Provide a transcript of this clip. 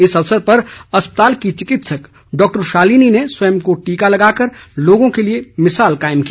इस अवसर पर अस्पताल की चिकित्सक शालिनी ने स्वयं को टीका लगाकर लोगों के लिए मिसाल कायम की